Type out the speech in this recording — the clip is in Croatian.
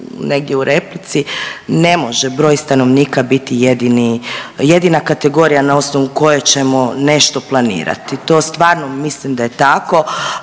negdje u replici ne može broj stanovnika biti jedina kategorija na osnovu koje ćemo nešto planirati. To stvarno mislim da je tako.